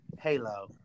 Halo